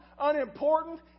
unimportant